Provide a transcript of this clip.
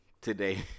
Today